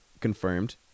confirmed